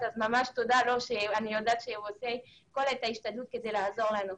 ותודה לו כי אני יודעת שהוא עושה ההשתדלות כדי לעזור לנו.